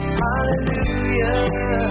hallelujah